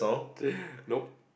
nope